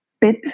bit